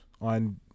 on